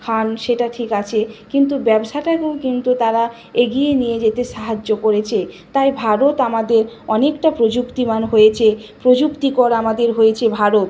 খান সেটা ঠিক আছে কিন্তু ব্যবসাটাকেও কিন্তু তারা এগিয়ে নিয়ে যেতে সাহায্য করেছে তাই ভারত আমাদের অনেকটা প্রযুক্তিমান হয়েছে প্রযুক্তিকর আমাদের হয়েছে ভারত